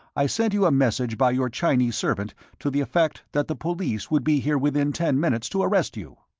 i sent you a message by your chinese servant to the effect that the police would be here within ten minutes to arrest you.